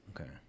Okay